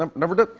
um never did.